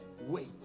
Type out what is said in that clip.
Wait